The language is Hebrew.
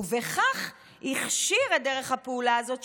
ובכך הכשיר את דרך הפעולה הזאת,